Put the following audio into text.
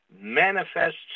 manifests